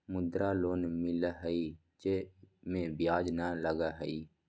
मुद्रा लोन मिलहई जे में ब्याज न लगहई?